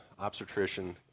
obstetrician